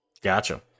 gotcha